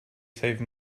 save